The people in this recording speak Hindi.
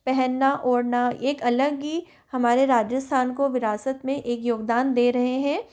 पहनना ओढना एक अलग ही हमारे राजस्थान को विरासत में एक योगदान दे रहे हैं